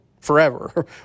forever